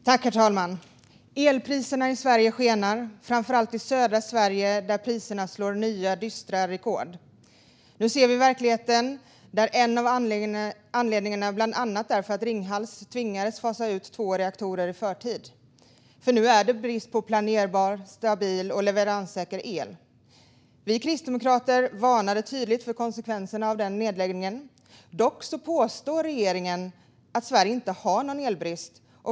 Herr talman! Elpriserna i Sverige skenar, framför allt i södra Sverige, där priserna sätter nya dystra rekord. Nu ser vi verkligheten, och en av anledningarna är att Ringhals tvingades fasa ut två reaktorer i förtid. Nu är det brist på planerbar, stabil och leveranssäker el. Vi kristdemokrater varnade tydligt för konsekvenserna av nedläggningen. Dock påstår regeringen att Sverige inte har någon elbrist.